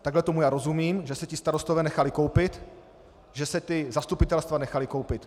Takhle tomu já rozumím že se ti starostové nechali koupit, že se zastupitelstva nechala koupit.